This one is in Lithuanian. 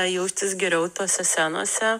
jaustis geriau tose scenose